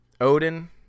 odin